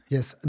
Yes